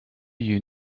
you